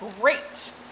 great